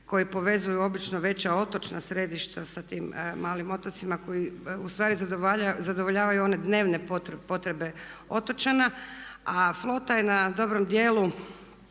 koji povezuju obično veća otočna središta sa tim malim otocima koji u stvari zadovoljavaju one dnevne potrebe otočana. A flota je na dobrom dijelu,